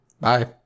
Bye